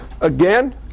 again